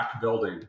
building